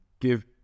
give